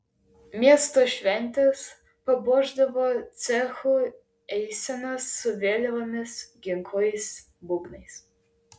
miesto šventes papuošdavo cechų eisenos su vėliavomis ginklais būgnais